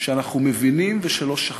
שאנחנו מבינים ושלא שכחנו.